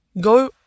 Go